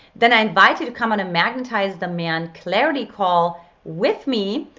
then i invite you to come on magnetize the man clarity call with me,